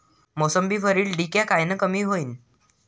मोसंबीवरील डिक्या कायनं कमी होईल?